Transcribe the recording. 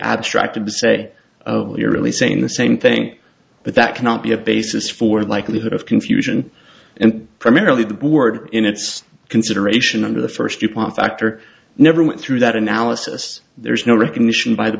abstracted to say you're really saying the same thing but that cannot be a basis for the likelihood of confusion and primarily the board in its consideration under the first group on factor never went through that analysis there is no recognition by the